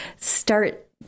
start